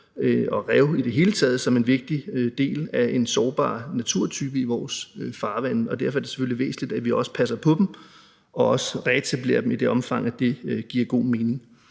og rev i det hele taget som en vigtig del af en sårbar naturtype i vores farvande. Derfor er det selvfølgelig væsentligt, at vi også passer på dem og reetablerer dem i det omfang, det giver god mening.